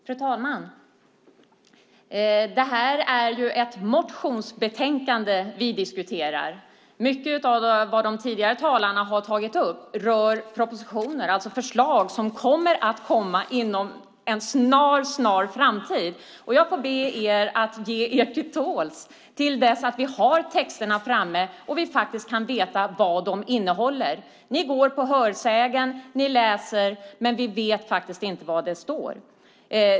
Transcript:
Fru talman! Det är ju ett motionsbetänkande vi diskuterar. Mycket av vad de tidigare talarna har tagit upp rör propositioner, alltså förslag, som kommer att komma inom en snar framtid. Jag får be er att ge er till tåls till dess att vi har texterna framme och vi faktiskt kan veta vad de innehåller. Ni går på hörsägen. Ni läser. Men vi vet faktiskt inte vad det står.